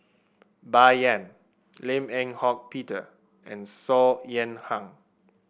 Bai Yan Lim Eng Hock Peter and Saw Ean Ang